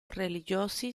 religiosi